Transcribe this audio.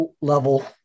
level